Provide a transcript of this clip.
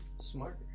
smarter